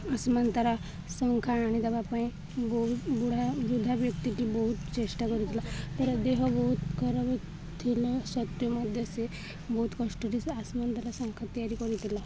ଆସମାନ ତାରା ଶଙ୍ଖା ଆଣିଦବା ପାଇଁ ବହୁତ ବୁଢ଼ା ବୃଦ୍ଧା ବ୍ୟକ୍ତିଟିି ବହୁତ ଚେଷ୍ଟା କରିଥିଲା ତା'ର ଦେହ ବହୁତ ଖରାପ ଥିଲା ସତ୍ୱେ ମଧ୍ୟ ସେ ବହୁତ କଷ୍ଟରେ ସେ ଆସମାନ ତାରା ଶଙ୍ଖା ତିଆରି କରିଥିଲା